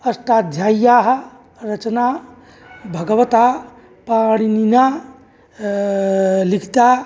अष्टाध्याय्याः रचना भगवता पाणिनिना लिखिता